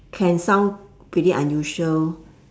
can sound pretty unusual